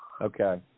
Okay